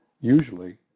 usually